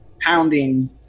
pounding